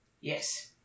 Yes